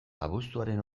abuztuaren